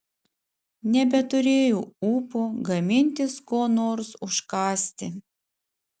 nebeturėjau ūpo gamintis ko nors užkąsti